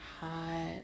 hot